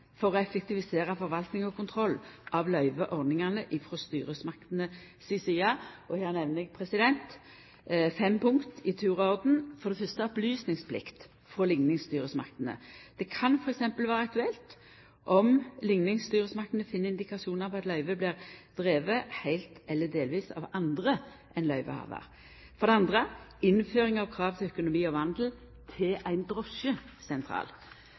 for å effektivisera forvalting og kontroll av løyveordningane frå styresmaktene si side. Her nemner eg fem punkt i tur og orden. opplysningsplikt frå likningsstyresmaktene. Det kan til dømes vera aktuelt om likningsstyresmaktene finn indikasjonar på at løyvet blir drive heilt eller delvis av andre enn løyvehavar innføring av krav til økonomi og vandel til ein